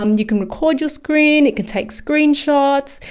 um you can record your screen, it can take screenshots.